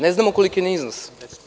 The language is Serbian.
Ne znamo ni koliki je iznos.